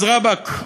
אז רבאק,